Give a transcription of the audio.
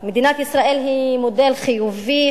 מדינת ישראל היא מודל חיובי,